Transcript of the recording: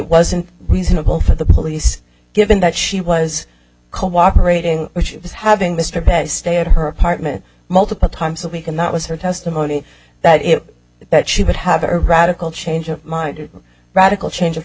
wasn't reasonable for the police given that she was cooperating she was having mr best stay at her apartment multiple times a week and that was her testimony that it that she would have a radical change of mind a radical change of